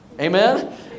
Amen